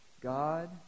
God